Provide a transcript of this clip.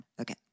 Okay